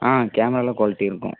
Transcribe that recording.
ஆ கேமராவெலாம் குவாலிட்டி இருக்கும்